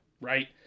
right